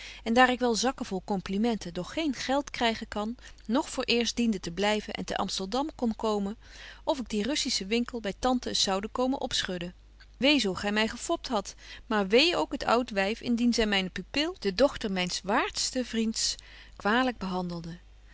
en daar ik wel zakken vol complimenten doch geen geld krygen kan nog vooreerst diende te blyven en te amsteldam kon komen of ik die russische winkel by tante eens zoude komen opschudden wêe zo gy my gefopt hadt maar wêe ook het oud wyf indien zy myne pupil de dochter myns waardsten vriends kwalyk behandelde